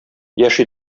яшь